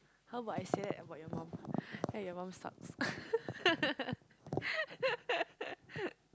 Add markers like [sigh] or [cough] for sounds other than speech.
how about I say that about your mum eh your mum sucks [laughs]